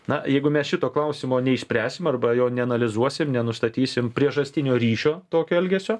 na jeigu mes šito klausimo neišspręsim arba jo neanalizuosim nenustatysim priežastinio ryšio tokio elgesio